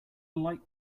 light